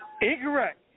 Incorrect